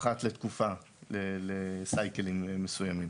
אחת לתקופה למחזורים מסוימים.